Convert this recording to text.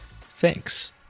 Thanks